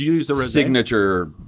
signature